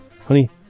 Honey